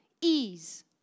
ease